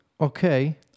Okay